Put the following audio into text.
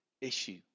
issue